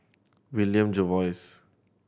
William Jervois